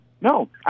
no